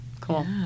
cool